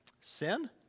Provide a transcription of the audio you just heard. sin